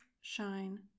shine